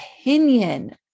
opinion